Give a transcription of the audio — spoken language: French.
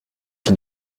qui